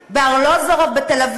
לא, לא, --- בקריאה ראשונה.